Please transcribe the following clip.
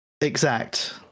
exact